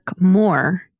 more